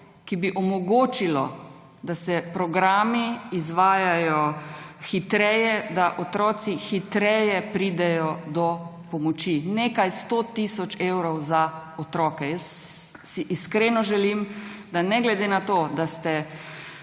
ki bi omogočili, da se programi izvajajo hitreje, da otroci hitreje pridejo do pomoči. Nekaj sto tisoč evrov za otroke. Jaz si iskreno želim, da ne glede na to, da ste